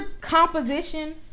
composition